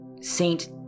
Saint